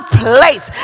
place